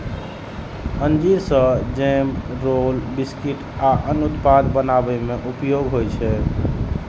अंजीर सं jam, roll, biscuit आ अन्य उत्पाद बनाबै मे उपयोग होइ छै